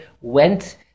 went